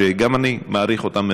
שגם אני מעריך אותם מאוד,